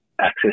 access